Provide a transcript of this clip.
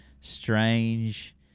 strange